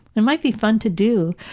and might be fun to do.